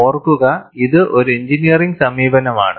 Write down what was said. ഓർക്കുക ഇത് ഒരു എഞ്ചിനീയറിംഗ് സമീപനമാണ്